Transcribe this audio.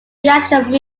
reaction